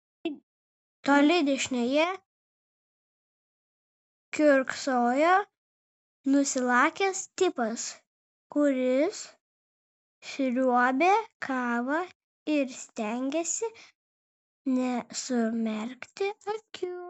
toli dešinėje kiurksojo nusilakęs tipas kuris sriuobė kavą ir stengėsi nesumerkti akių